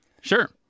Sure